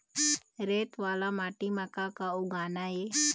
रेत वाला माटी म का का उगाना ये?